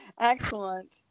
excellent